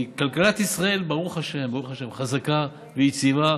כי כלכלת ישראל, ברוך השם, ברוך השם, חזקה ויציבה,